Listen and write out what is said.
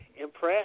impressed